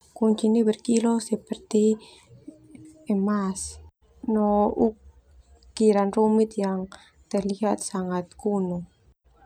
Kunci nia berkilau seperti emas, no ukiran rumit yang terlihat sangat kuno.